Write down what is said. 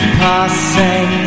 passing